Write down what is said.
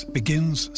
begins